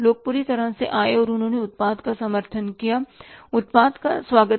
लोग पूरी तरह से आए और उन्होंने उत्पाद का समर्थन किया उत्पाद का स्वागत किया